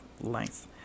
length